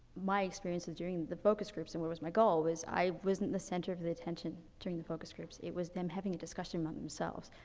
my experience with doing the focus groups, and what was my goal, was i wasn't the centre of the attention during the focus groups. it was them having a discussion among themselves.